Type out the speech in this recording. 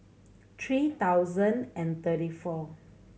three thousand and thirty four